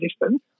distance